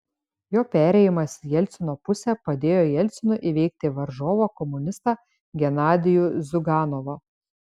jo perėjimas į jelcino pusę padėjo jelcinui įveikti varžovą komunistą genadijų ziuganovą